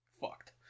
Fucked